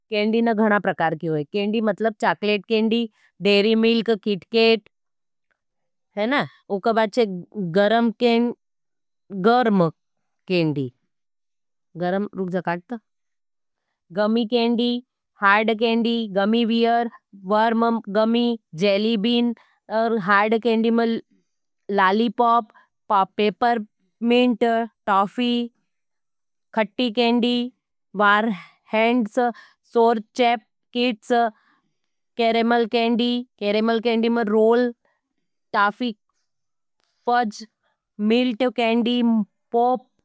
केंडी ना घणी प्रकार की होय, है ना केंडी मतलब chocolate candy, dairy milk, KitKat, gum candy, गमी candy, hard candy. Gummy bear, worm gummy, jelly bean, hard candy में lollipop, paper mint, toffee, खटी केंडी, वार हैंडस, सोर्चेप, किटस, केरेमल केंडी, केरेमल केंडी में रोल, टाफी, फज, मिल्ट candy, pope.